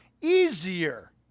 easier